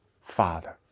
father